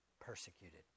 persecuted